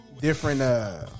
different